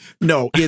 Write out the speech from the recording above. No